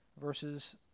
versus